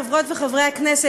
חברות וחברי הכנסת,